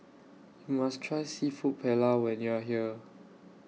YOU must Try Seafood Paella when YOU Are here